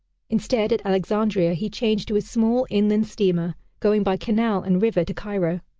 instead, at alexandria he changed to a small inland steamer going by canal and river to cairo.